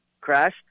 crash